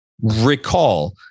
Recall